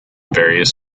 various